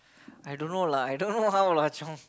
I don't know lah I don't know how lah Chong